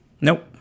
Nope